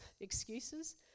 excuses